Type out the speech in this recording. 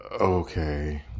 okay